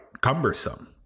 cumbersome